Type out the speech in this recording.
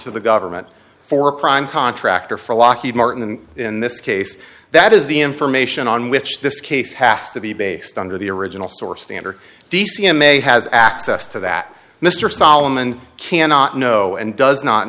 to the government for prime contractor for lockheed martin and in this case that is the information on which this case has to be based under the original source standard d c m a has access to that mr solomon cannot know and does not